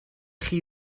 chi